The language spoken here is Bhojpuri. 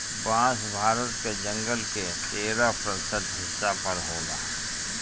बांस भारत के जंगल के तेरह प्रतिशत हिस्सा पर होला